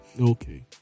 okay